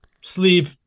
sleep